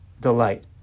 delight